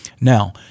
Now